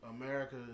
America